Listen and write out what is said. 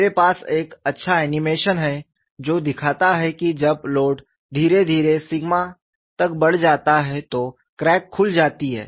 मेरे पास एक अच्छा एनीमेशन है जो दिखाता है कि जब लोड धीरे धीरे सिग्मा तक बढ़ जाता है तो क्रैक खुल जाती है